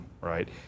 right